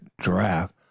giraffe